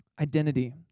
identity